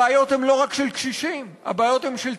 הבעיות הן לא רק של קשישים, הבעיות הן של צעירים,